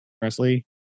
Presley